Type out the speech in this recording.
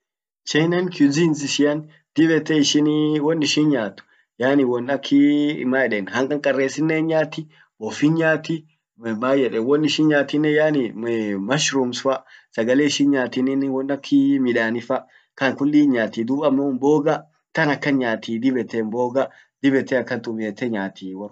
China an cuisine ishian dib ete ishini won ishin nyaat, yaani won akii maeden hanqarqaresinen hinyaati, boff hinyaati, mayeden won ishin nyaat yaani mushrooms fa, sagale ishin nyaatinen won akii midanifa, ka kulli hinyaati. Dub ammo mboga tan akan nyaati dib ete mboga dib ete akan tumiete nyaati wor kun.